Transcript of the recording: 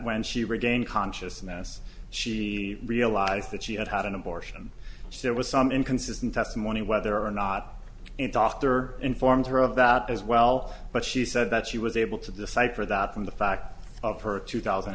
when she regained consciousness she realized that she had had an abortion she it was some inconsistent testimony whether or not a doctor informs her of that as well but she said that she was able to decipher that from the fact of her two thousand